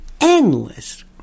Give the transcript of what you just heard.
endless